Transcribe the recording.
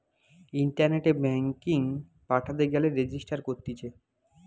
ইন্টারনেটে ব্যাঙ্কিং পাঠাতে গেলে রেজিস্টার করতিছে